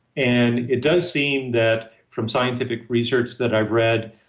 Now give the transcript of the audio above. and it does seem that, from scientific research that i've read,